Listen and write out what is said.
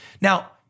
Now